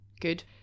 good